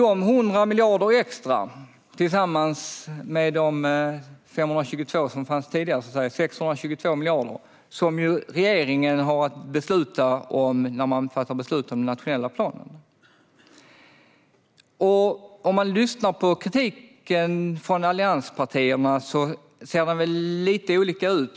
De 100 miljarderna extra tillsammans med de 522 som fanns tidigare - alltså 622 miljarder - har regeringen att besluta om när den fattar beslut om den nationella planen. Kritiken från allianspartierna ser lite olika ut.